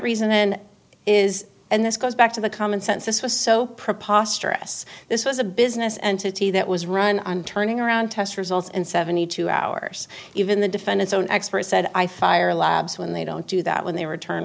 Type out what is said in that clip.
then is and this goes back to the common sense this was so preposterous this was a business entity that was run on turning around test results in seventy two hours even the defendant's own expert said i fire labs when they don't do that when they return